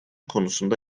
konusunda